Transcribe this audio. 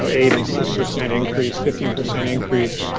so eight and six percent increase, fifteen percent increase,